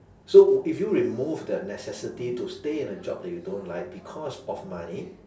so if you remove that necessity to stay in a job that you don't like because of money